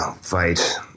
fight